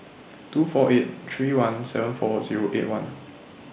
two four eight three one seven four Zero eight one